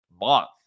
month